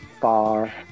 far